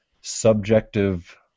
subjective